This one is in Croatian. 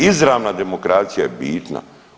Izravna demokracija je bitna.